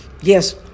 Yes